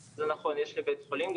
לכולם, צוהריים טובים.